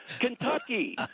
Kentucky